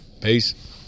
Peace